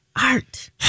Art